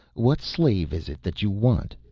what slave is it that you want?